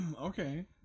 Okay